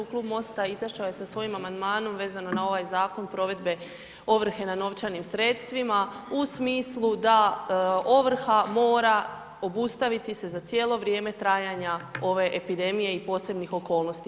Klub MOST-a izašao je sa svojim amandmanom vezano na ovaj Zakon provedbe ovrhe na novčanim sredstvima u smislu da ovrha mora obustaviti se za cijelo vrijeme trajanja ove epidemije i posebni okolnosti.